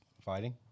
fighting